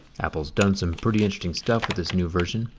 apple's done some pretty interesting stuff with this new version.